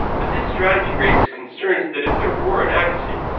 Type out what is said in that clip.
but this strategy raises concerns that if there were an accident,